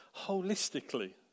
holistically